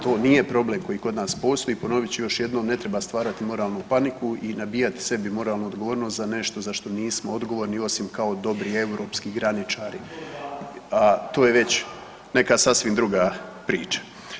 To nije problem koji kod nas postoji, ponovit ću još jednom, ne treba stvarati moralnu paniku i nabijati sebi moralnu odgovornost za nešto za što nismo odgovorni osim kao dobri europski graničari, to je već neka sasvim druga priča.